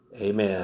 amen